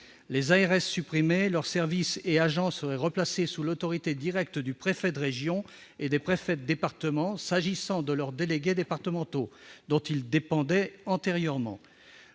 Les ARS supprimées, leurs services et agents seraient replacés sous l'autorité directe du préfet de région, et des préfets de département s'agissant de leurs délégués départementaux, dont ils dépendaient antérieurement.